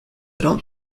don’t